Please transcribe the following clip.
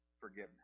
forgiveness